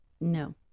No